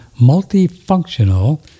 multifunctional